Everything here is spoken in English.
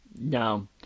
no